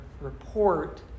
report